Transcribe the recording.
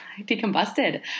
decombusted